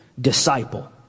disciple